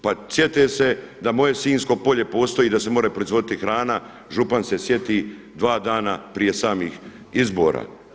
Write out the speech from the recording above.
Pa sjete se da moje Sinjsko polje postoji i da se može proizvoditi hrana, župan se sjeti 2 dana prije samih izbora.